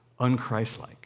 unchristlike